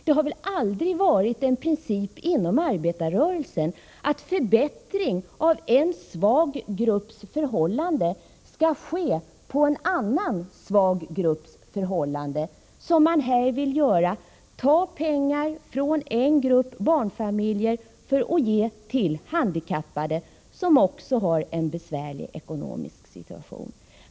Det har väl aldrig varit en princip inom arbetarrörelsen att förbättringar av en svag grupps förhållanden skall ske på bekostnad av en annan svag grupp — som man vill göra här, när man tar pengar från en grupp barnfamiljer för att ge till handikappade, som också har en besvärlig ekonomisk situation.